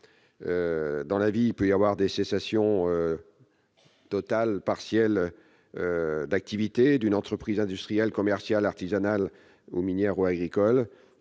Dans la vie, il peut se produire des cessations totales ou partielles d'activité d'une entreprise industrielle, commerciale, artisanale, minière ou agricole.